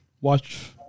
watch